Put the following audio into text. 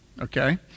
okay